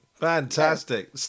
Fantastic